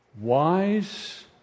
Wise